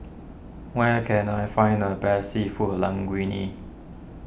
where can I find the best Seafood Linguine